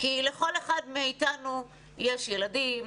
כי לכל אחד מאיתנו יש ילדים,